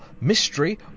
mystery